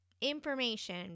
information